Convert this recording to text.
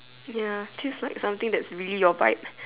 ya feels like something that is really your vibe